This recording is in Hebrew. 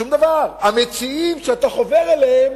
שום דבר, המציעים שאתה חובר אליהם